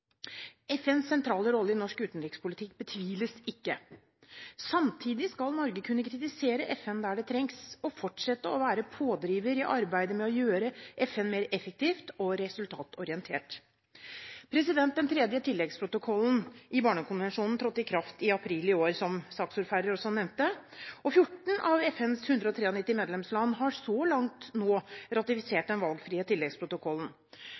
FNs sentrale rolle i norsk utenrikspolitikk betviles ikke. Samtidig skal Norge kunne kritisere FN der det trengs, og fortsette å være pådriver i arbeidet med å gjøre FN mer effektivt og resultatorientert. Den tredje tilleggsprotokollen i Barnekonvensjonen trådte i kraft i april i år, som saksordføreren også nevnte, og 14 av FNs 193 medlemsland har så langt ratifisert den valgfrie tilleggsprotokollen.